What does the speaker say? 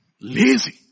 Lazy